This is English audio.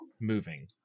moving